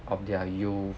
of their youth